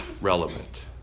relevant